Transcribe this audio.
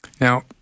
Now